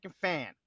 fan